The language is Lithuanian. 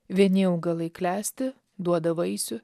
vieni augalai klesti duoda vaisių